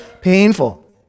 painful